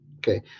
Okay